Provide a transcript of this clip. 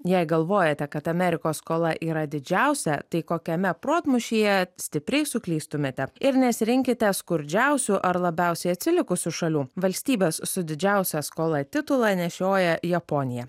jei galvojate kad amerikos skola yra didžiausia tai kokiame protmūšyje stipriai suklystumėte ir nesirinkite skurdžiausių ar labiausiai atsilikusių šalių valstybės su didžiausia skola titulą nešioja japonija